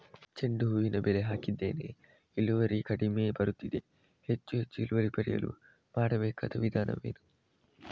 ಚೆಂಡು ಹೂವಿನ ಬೆಳೆ ಹಾಕಿದ್ದೇನೆ, ಇಳುವರಿ ಕಡಿಮೆ ಬರುತ್ತಿದೆ, ಹೆಚ್ಚು ಹೆಚ್ಚು ಇಳುವರಿ ಪಡೆಯಲು ಮಾಡಬೇಕಾದ ವಿಧಾನವೇನು?